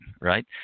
right